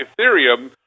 Ethereum